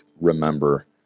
remember